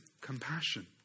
compassion